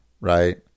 right